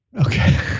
Okay